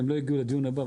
הם לא יגיעו לדיון הבא.